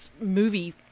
movie